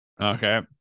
okay